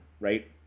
right